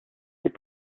les